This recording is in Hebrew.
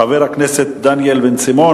חבר הכנסת דניאל בן-סימון.